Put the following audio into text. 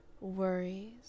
worries